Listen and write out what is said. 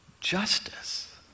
justice